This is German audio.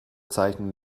zeichnung